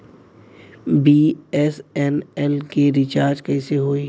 BSNL के recharge कैसे होयी?